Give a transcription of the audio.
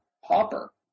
Hopper